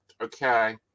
Okay